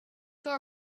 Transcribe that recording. saw